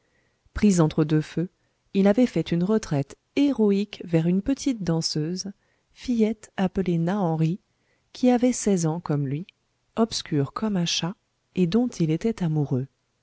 pris entre deux feux il avait fait une retraite héroïque vers une petite danseuse fillette appelée nahenry qui avait seize ans comme lui obscure comme un chat et dont il était amoureux